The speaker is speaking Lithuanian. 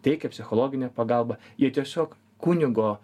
teikia psichologinę pagalbą jie tiesiog kunigo